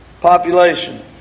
population